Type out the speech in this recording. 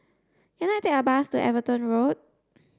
can I take a bus to Everton Road